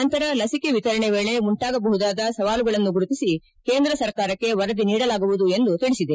ನಂತರ ಲಸಿಕೆ ಎತರಣೆ ವೇಳೆ ಉಂಟಾಗಬಹುದಾದ ಸವಾಲುಗಳನ್ನು ಗುರುತಿಸಿ ಕೇಂದ್ರ ಸರ್ಕಾರಕ್ಕೆ ವರದಿ ನೀಡಲಾಗುವುದು ಎಂದು ತಿಳಿಸಿದೆ